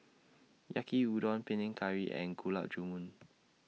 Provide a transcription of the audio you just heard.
Yaki Udon Panang Curry and Gulab Jamun